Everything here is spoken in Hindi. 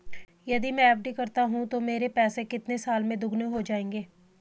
यदि मैं एफ.डी करता हूँ तो मेरे पैसे कितने साल में दोगुना हो जाएँगे?